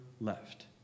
left